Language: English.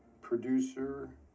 producer